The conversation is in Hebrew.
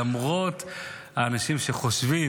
למרות האנשים שחושבים